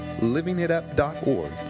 LivingItUp.org